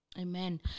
Amen